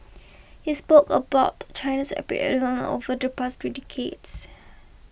he spoke about China's over the past three decades